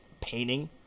painting